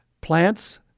plants